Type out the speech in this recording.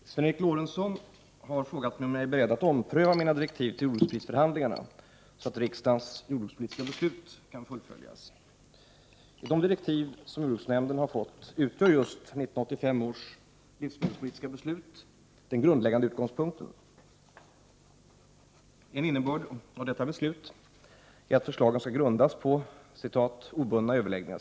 Herr talman! Sven Eric Lorentzon har frågat mig om jag är beredd att ompröva mina direktiv till jordbruksprisförhandlingarna så att riksdagens jordbrukspolitiska beslut kan fullföljas. I de direktiv som jordbruksnämnden fått utgör just 1985 års livsmedelspolitiska beslut den grundläggande utgångspunkten. En innebörd av detta beslut är att förslagen skall grundas på ”obundna överläggningar”.